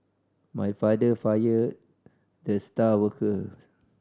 my father fired the star worker